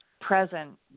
present